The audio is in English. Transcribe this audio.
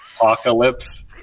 apocalypse